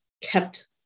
kept